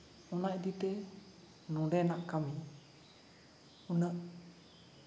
ᱚᱱᱟ ᱤᱫᱤᱛᱮ ᱱᱚᱥᱮᱱᱟᱜ ᱠᱟᱹᱢᱤ ᱩᱱᱟᱹᱜ